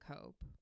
cope